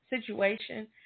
situation